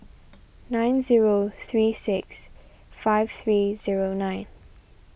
nine zero three six five three zero nine